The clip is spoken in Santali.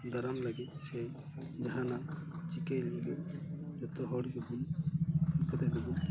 ᱫᱟᱨᱟᱢ ᱞᱟᱹᱜᱤᱫ ᱥᱮ ᱡᱟᱦᱟᱱᱟᱜ ᱪᱤᱠᱟᱹᱭ ᱞᱟᱹᱜᱤᱫ ᱡᱚᱛᱚ ᱦᱚᱲ ᱜᱮᱵᱚᱱ ᱡᱩᱢᱤᱫ ᱠᱟᱛᱮ ᱜᱮᱵᱚᱱ